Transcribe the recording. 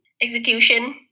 execution